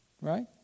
Right